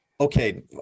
okay